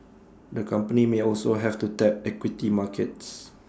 the company may also have to tap equity markets